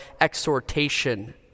exhortation